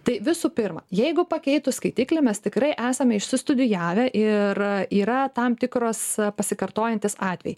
tai visų pirma jeigu pakeitus skaitiklį mes tikrai esame išsistudijavę ir yra tam tikros pasikartojantys atvejai